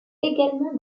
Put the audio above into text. également